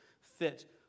fit